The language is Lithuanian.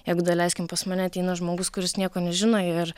jeigu daleiskim pas mane ateina žmogus kuris nieko nežino ir